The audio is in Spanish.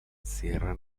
sierra